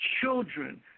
children